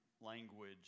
language